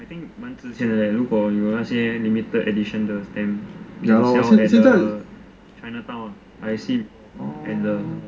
I think 蛮值钱的 leh 如果有那些 limited edition 的 stamp ya lor at the chinatown I see at the